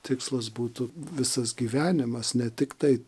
tikslas būtų visas gyvenimas ne tiktai